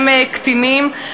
הם קטינים,